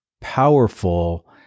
powerful